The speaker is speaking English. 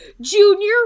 Junior